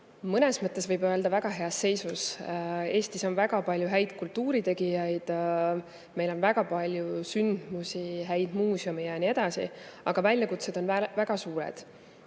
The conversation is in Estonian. mõnes mõttes väga heas seisus. Eestis on väga palju häid kultuuritegijaid, meil on väga palju sündmusi, häid muuseume ja nii edasi, aga väljakutsed on väga suured.